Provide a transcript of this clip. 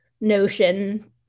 notion